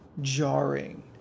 jarring